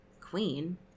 Queen